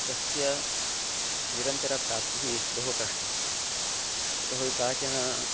तस्य निरन्तरप्राप्तिः बहु कष्टम् यतो हि काचन